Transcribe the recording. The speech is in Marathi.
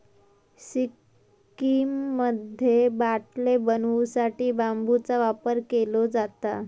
सिक्कीममध्ये बाटले बनवू साठी बांबूचा वापर केलो जाता